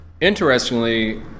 interestingly